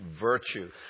virtue